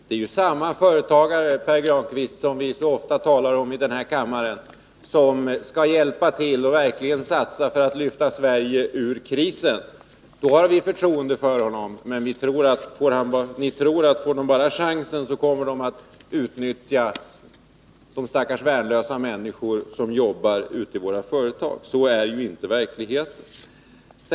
Det är samma företagare, Pär Grankvist, som vi så ofta här i kammaren talar om skall hjälpa till och verkligen satsa för att lyfta Sverige ur krisen. Då har vi förtroende för honom. Men får han bara chansen tror vi att han kommer att utnyttja de stackars värnlösa människor som jobbar ute i våra företag. Så är det inte i verkligheten.